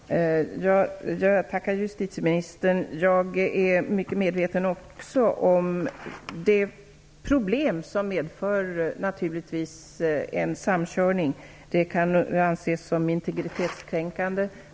Herr talman! Jag tackar justitieministern. Jag är också mycket medveten om de problem som en samkörning medför. Det kan anses som integritetskränkande.